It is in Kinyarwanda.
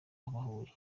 bahuye